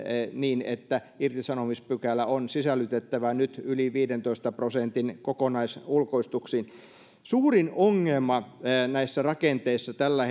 niin että irtisanomispykälä on sisällytettävä nyt yli viidentoista prosentin kokonaisulkoistuksiin suurin ongelma näissä rakenteissa tällä